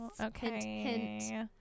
Okay